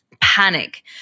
panic